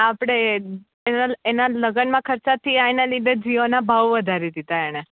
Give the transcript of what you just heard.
આપણે એનાં લગનમાં ખર્ચા થયા એના લીધે જીઓના ભાવ વધારી દીધા એણે